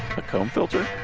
a comb filter?